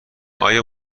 آیا